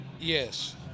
Yes